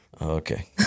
Okay